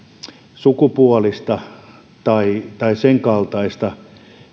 sukupuolista tai tai senkaltaista